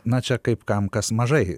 na čia kaip kam kas mažai